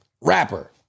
rapper